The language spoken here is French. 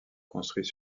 construit